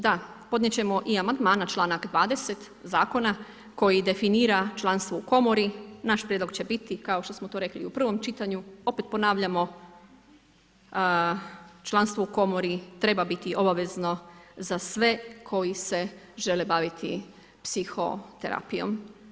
Da podnijeti ćemo i amandman na čl. 20 zakona, koji definira članstvo u komori, naš prijedlog će biti, kao što smo to rekli i u prvom čitanju, opet ponavljamo, članstvo u Komori treba biti obavezno za sve koji se žele baviti psihoterapijom.